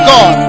God